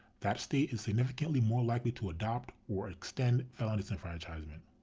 that state is significantly more likely to adopt or extend felon disenfranchisement.